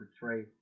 betray